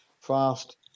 fast